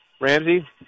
Ramsey